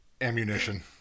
Ammunition